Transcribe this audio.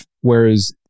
Whereas